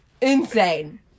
Insane